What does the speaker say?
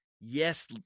yes